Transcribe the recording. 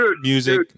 music